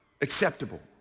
acceptable